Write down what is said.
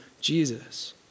Jesus